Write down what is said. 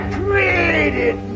created